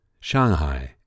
Shanghai